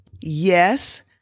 Yes